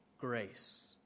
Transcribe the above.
grace